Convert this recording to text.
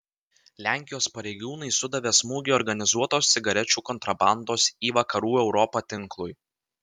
lenkijos pareigūnai sudavė smūgį organizuotos cigarečių kontrabandos į vakarų europą tinklui